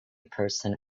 person